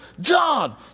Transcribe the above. John